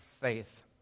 faith